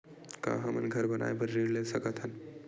का हमन घर बनाए बार ऋण ले सकत हन?